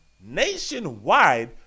nationwide